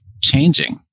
changing